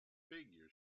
figure